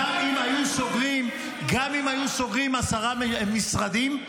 גם אם היו סוגרים עשרה משרדים,